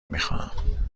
میخواهم